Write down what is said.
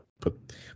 put